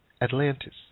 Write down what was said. Atlantis